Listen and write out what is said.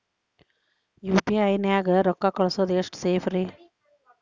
UPI ನ್ಯಾಗ ರೊಕ್ಕ ಕಳಿಸೋದು ಎಷ್ಟ ಸೇಫ್ ರೇ?